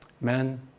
Men